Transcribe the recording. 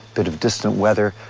bit of distant weather.